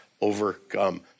overcome